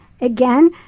again